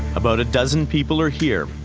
about a dozen people are here,